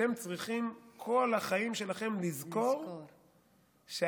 אתם צריכים כל החיים שלכם לזכור שאתם,